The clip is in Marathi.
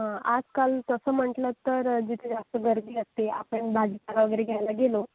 ह आजकाल तसं म्हटलं तर जिथे जास्त गर्दी असते आपण भाजीपाला वगैरे घ्यायला गेलो